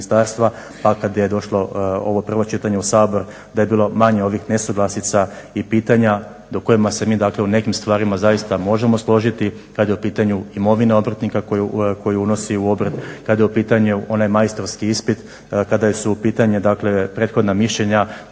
pa kad je došlo ovo prvo čitanje u Sabor da je bilo manje ovih nesuglasica i pitanja do kojima se mi u nekim stvarima zaista možemo složiti kad je u pitanju imovina obrtnika koju unosi u obrt, kad je u pitanju onaj majstorski ispit, kada su u pitanju prethodna mišljenja